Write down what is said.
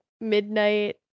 midnight